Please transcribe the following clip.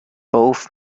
both